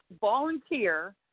volunteer